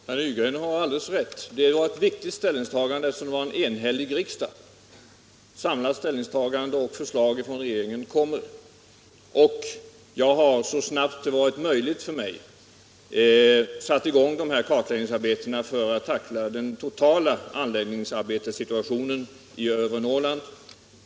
Herr talman! Herr Nygren har alldeles rätt. Det var ett viktigt beslut som fattades av en enig riksdag. Ett samlat ställningstagande och förslag från regeringen kommer. Jag har så snabbt det varit möjligt för mig satt i gång kartläggningsarbetena för att tackla den totala anläggningsarbetssituationen i övre Norrland.